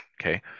Okay